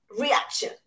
reaction